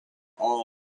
all